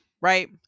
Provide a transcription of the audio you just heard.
right